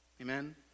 Amen